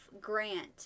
Grant